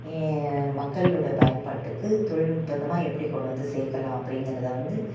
ஏன் மக்களோடய பயன்பாட்டுக்கு தொழில் நுட்பந்தமாக எப்படி கொண்டு வந்து சேர்க்கலாம் அப்டிங்கிறத வந்து